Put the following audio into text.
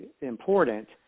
important